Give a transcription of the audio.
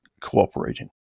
cooperating